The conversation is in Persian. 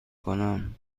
کنم